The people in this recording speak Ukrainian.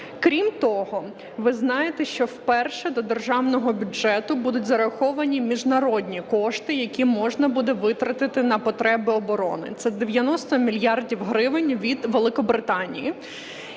Крім того, ви знаєте, що вперше до державного бюджету будуть зараховані міжнародні кошти, які можна буде витратити на потреби оборони, це 90 мільярдів гривень від Великобританії.